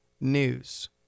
news